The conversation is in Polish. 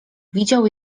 widział